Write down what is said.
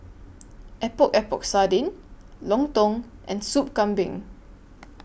Epok Epok Sardin Lontong and Soup Kambing